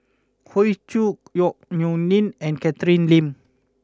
Hoey Choo Yong Nyuk Lin and Catherine Lim